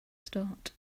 start